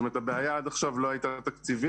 זאת אומרת, הבעיה עד עכשיו לא הייתה תקציבית,